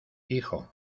hijo